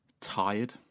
tired